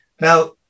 Now